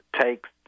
takes